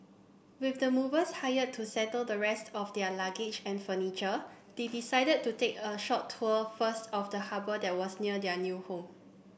with the movers hired to settle the rest of their luggage and furniture they decided to take a short tour first of the harbour that was near their new home